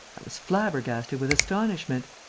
i was flabbergasted with astonishment.